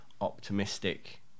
optimistic